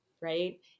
right